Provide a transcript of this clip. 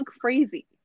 crazy